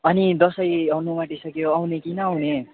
अनि दसैँ आउनु आँटिसक्यो आउने कि न आउने